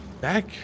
back